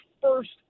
first